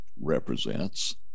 represents